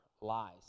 lies